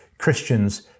Christians